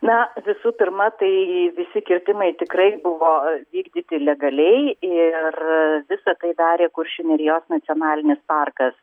na visų pirma tai visi kirtimai tikrai buvo vykdyti legaliai ir visa tai darė kuršių nerijos nacionalinis parkas